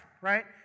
right